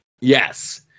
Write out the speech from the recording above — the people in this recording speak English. Yes